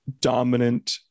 dominant